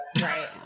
right